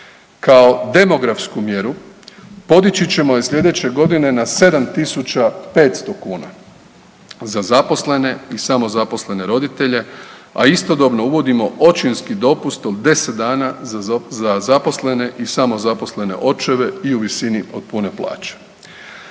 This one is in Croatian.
Kao demografsku mjeru podići ćemo je slijedeće godine na 7.500 kuna za zaposlene i samozaposlene roditelje, a istodobno uvodimo očinski dopust od 10 dana za zaposlene i samozaposlene očeve i u visini od pune plaće.